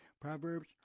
Proverbs